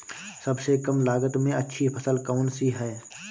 सबसे कम लागत में अच्छी फसल कौन सी है?